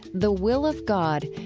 the will of god,